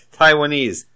Taiwanese